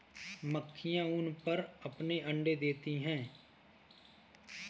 मक्खियाँ ऊन पर अपने अंडे देती हैं